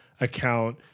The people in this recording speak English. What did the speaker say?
account